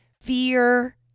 fear